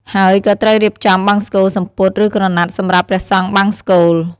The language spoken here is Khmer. ហើយក៏ត្រូវរៀបចំបង្សុកូល សំពត់ ឬក្រណាត់សម្រាប់ព្រះសង្ឃបង្សុកូល។